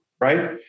right